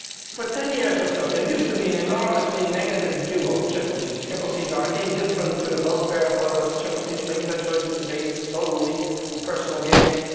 for ten years or so there used to be an enormously negative view of chimpanzees chimpanzees are indifferent to the welfare of others, chimpanzees make their choices based solely on personal gain.